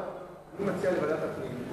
אני מציע להעביר לוועדת הפנים.